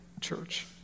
church